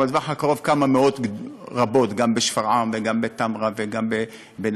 אבל בטווח הקצר כמה מאות רבות גם בשפרעם וגם בתמרה וגם בנצרת,